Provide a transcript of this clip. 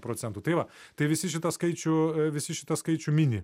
procentų tai va tai visi šitą skaičių visi šitą skaičių mini